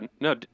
No